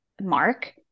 mark